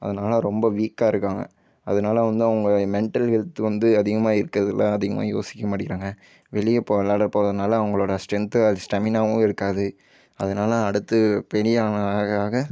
அதனால் ரொம்ப வீக்காக இருக்காங்க அதனால வந்து அவங்க மெண்டல் ஹெல்த் வந்து அதிகமாக இருக்கிறதில்லை அதிகமாக யோசிக்க மாட்டேக்கிறாங்க வெளியே இப்போ விளையாட போகாதனால் அவங்களோட ஸ்ட்ரென்த்து ஸ்டெமினாவும் இருக்காது அதனால் அடுத்து பெரிய ஆளாக ஆக ஆக